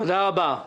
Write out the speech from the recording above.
תודה רבה.